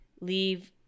leave